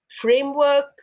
framework